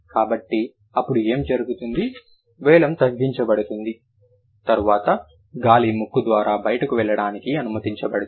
కాబట్టి అప్పుడు ఏమి జరుగుతుంది వెలమ్ తగ్గించబడుతుంది తరువాత గాలి ముక్కు ద్వారా బయటకు వెళ్లడానికి అనుమతించబడుతుంది